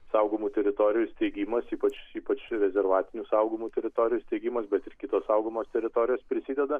saugomų teritorijų steigimas ypač ypač rezervatinių saugomų teritorijų steigimas bet ir kitos saugomos teritorijos prisideda